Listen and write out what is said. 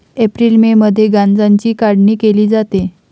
April May मध्ये गांजाची काढणी केली जाते